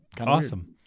Awesome